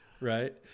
right